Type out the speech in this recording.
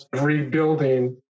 rebuilding